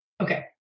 okay